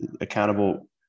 accountable